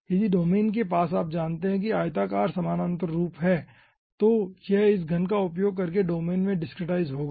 यदि डोमेन के पास आप जानते है आयताकार समांतर रूप हैं तो यह इस घन का उपयोग करके डोमेन में डिसक्रीटाईज होगा